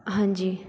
ਹਾਂਜੀ